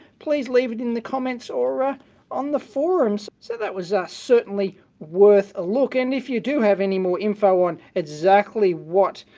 please leave it in the comments or ah on the forum. so so that was ah certainly worth a look, and if you do have any more info on exactly what